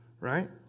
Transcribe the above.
right